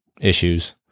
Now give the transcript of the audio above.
issues